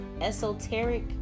esoteric